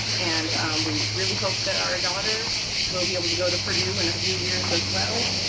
and we really hope that our daughter will be able to go to purdue in a few years as well.